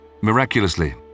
Miraculously